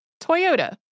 Toyota